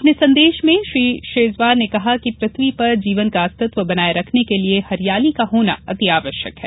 अपने संदेश में श्री शेजवार ने कहा कि पृथ्वी पर जीवन का अस्तित्व बनाये रखने के लिए हरियाली का होना अति आवश्यक है